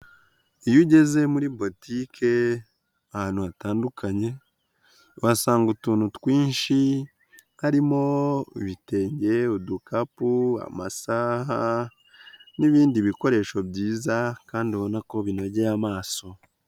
Iyo ugeze muri botike ahantu hatandukanye uhasanga utuntu twinshi harimo ibitenge, udukapu, amasaha n'ibindi bikoresho byiza kandi ubona ko binogeye amaso.